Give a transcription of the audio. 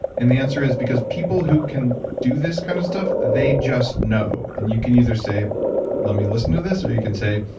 and the answer is because people who can do this kind of stuff, they just know. and you can either say let me listen to this or you can say,